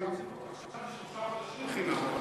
עכשיו זה שלושה חודשים חינם,